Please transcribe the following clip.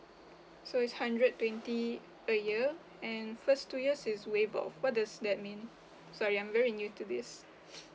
so it's hundred twenty a year and first two years is waived off what does that mean sorry I'm very new to this